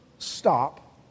Stop